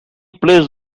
plays